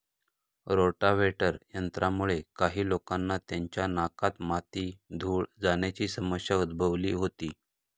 rotavator यंत्रामुळे काही लोकांना त्यांच्या नाकात माती, धूळ जाण्याची समस्या उद्भवली होती